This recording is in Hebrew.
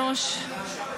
משפט